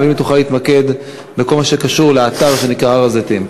אבל אם תוכל להתמקד בכל מה שקשור לאתר שנקרא הר-הזיתים.